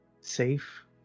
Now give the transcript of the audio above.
safe